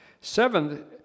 Seventh